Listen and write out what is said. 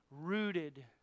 rooted